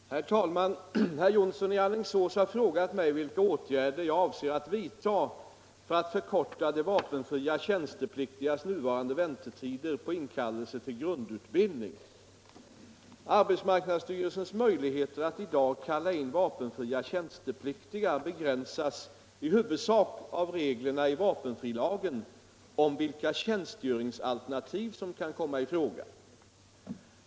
366, och anförde: Herr talman! Herr Jonsson i Alingsås har frågat mig vilka åtgärder jag avser att vidtaga för att förkorta de vapenfria tjänstepliktigas nuvarande väntetider på inkallelse till grundutbildning. Arbetsmarknadsstyrelsens möjligheter att i dag kalla in vapenfria tjänstepliktiga begränsas i huvudsak av reglerna i vapenfrilagen om vilka tjänstgöringsalternativ som kan komma i fråga.